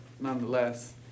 nonetheless